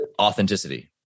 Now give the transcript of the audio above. authenticity